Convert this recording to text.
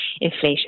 inflation